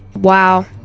Wow